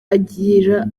agira